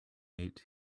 meat